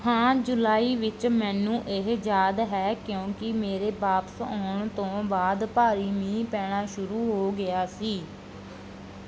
ਹਾਂ ਜੁਲਾਈ ਵਿੱਚ ਮੈਨੂੰ ਇਹ ਯਾਦ ਹੈ ਕਿਉਂਕਿ ਮੇਰੇ ਵਾਪਸ ਆਉਣ ਤੋਂ ਬਾਅਦ ਭਾਰੀ ਮੀਂਹ ਪੈਣਾ ਸ਼ੁਰੂ ਹੋ ਗਿਆ ਸੀ